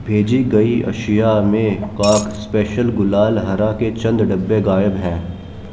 بھیجی گئی اشیا میں کاک اسپیشل گلال ہرا کے چند ڈبے غائب ہیں